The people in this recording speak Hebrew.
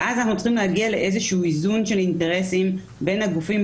ואז אנחנו צריכים להגיע לאיזשהו איזון של אינטרסים בין הגופים,